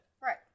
Right